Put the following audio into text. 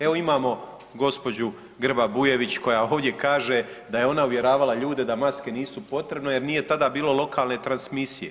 Evo imamo gospođu Grba Bujević koja ovdje kaže da je ona uvjeravala ljude da maske nisu potrebne jer nije tada bilo lokalne transmisije.